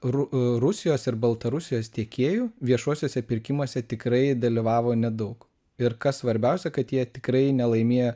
ru rusijos ir baltarusijos tiekėjų viešuosiuose pirkimuose tikrai dalyvavo nedaug ir kas svarbiausia kad jie tikrai nelaimėjo